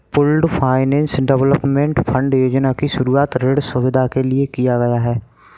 pooled finance development fund योजना की शुरूआत ऋण सुविधा के लिए किया गया है